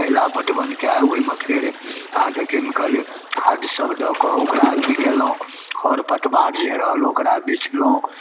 पहिला पटवन कऽ ओहिमे फेर अहाँके केमिकल खादसब दऽ कऽ ओकरा अथी केलहुँ खर पतवार जे रहल ओकरा बिछलहुँ